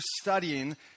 studying